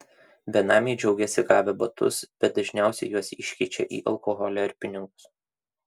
benamiai džiaugiasi gavę batus bet dažniausiai juos iškeičia į alkoholį ar pinigus